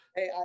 Hey